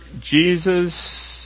Jesus